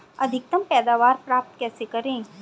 अधिकतम पैदावार प्राप्त कैसे करें?